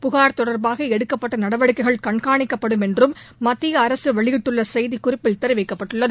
புகார் தொடர்பாக எடுக்கப்பட்ட நடவடிக்கைகள் கண்காணிக்கப்படும் என்றும் மத்திய அரசு வெளியிட்டுள்ள செய்தி குறிப்பில் தெரிவித்துள்ளது